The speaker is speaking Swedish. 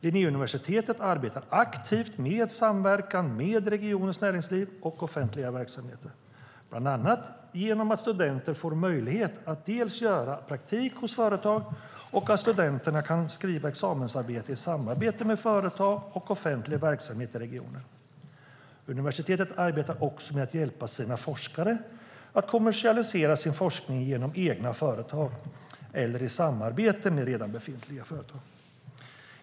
Linnéuniversitetet arbetar aktivt med samverkan med regionens näringsliv och offentliga verksamheter, bland annat genom att studenterna får möjlighet att göra praktik hos företag och kan skriva examensarbete i samarbete med företag och offentlig verksamhet i regionen. Universitetet arbetar också med att hjälpa sina forskare att kommersialisera sin forskning genom egna företag eller i samarbete med redan befintliga företag.